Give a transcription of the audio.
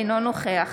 אינו נוכח